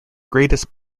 greatest